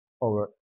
over